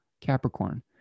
Capricorn